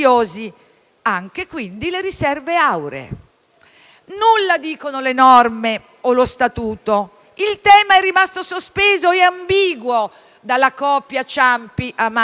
anche quindi le riserve auree. Nulla dicono le norme o lo statuto. Il tema è rimasto sospeso e ambiguo dalla coppia Ciampi-Amato,